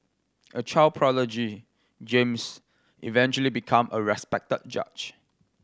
a child prodigy James eventually become a respected judge